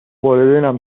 والدینم